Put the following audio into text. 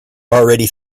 already